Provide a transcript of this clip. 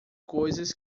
coisas